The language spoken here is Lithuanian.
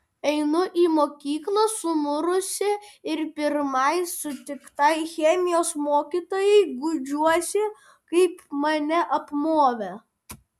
einu į mokyklą sumurusi ir pirmai sutiktai chemijos mokytojai guodžiuosi kaip mane apmovė